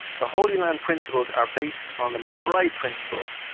the holy land principles are based on the macbride principles,